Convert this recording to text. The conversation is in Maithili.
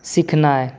सिखनाइ